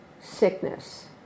sickness